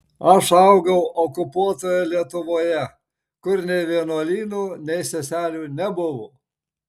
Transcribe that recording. aš augau okupuotoje lietuvoje kur nei vienuolynų nei seselių nebuvo